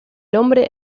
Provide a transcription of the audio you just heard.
hombre